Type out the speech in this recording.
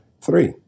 Three